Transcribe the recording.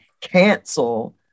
cancel